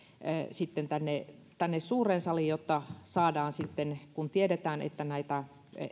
tänne tänne suureen saliin jotta pystytään sitten kun tiedetään että näitä